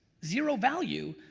zero value.